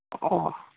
ꯑꯣ